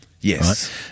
Yes